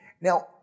Now